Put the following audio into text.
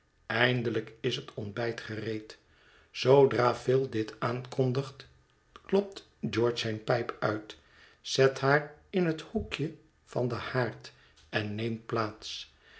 eindelijk is het ontbijt gereed zoodra phil dit aankondigt klopt george zijne pijp uit zet haar in het hoekje van den haard en neemt plaats